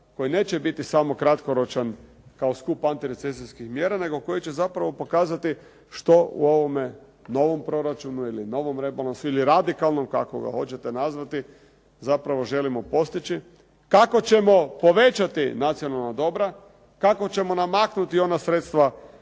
koji neće biti samo kratkoročan kao skup antirecesijskih mjera, nego koji će zapravo pokazati što u ovome novom proračunu ili novom rebalansu ili radikalnom kako ga hoćete nazvati, zapravo želimo postići, kako ćemo povećati nacionalna dobra, kako ćemo namaknuti ona sredstva